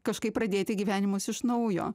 kažkaip pradėti gyvenimus iš naujo